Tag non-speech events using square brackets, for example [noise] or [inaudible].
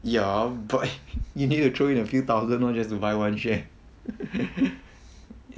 ya but [laughs] you need to throw in a few thousand lor just to buy one share [laughs]